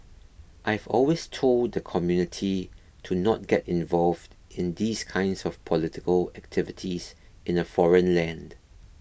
I've always told the community to not get involved in these kinds of political activities in a foreign land